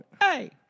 Hey